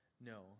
No